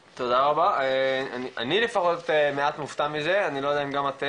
אני לפחות מעט מופתע מזה, אני לא יודע אם גם אתם.